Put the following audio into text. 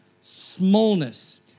smallness